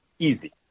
easy